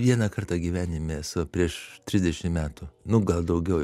vieną kartą gyvenime esu prieš trisdešimt metų nu gal daugiau